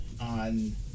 on